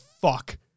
fuck